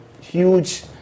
huge